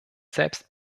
selbst